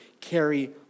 carry